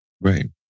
Right